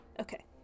okay